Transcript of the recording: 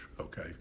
Okay